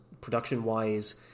production-wise